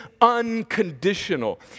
unconditional